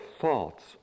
thoughts